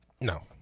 No